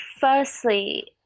firstly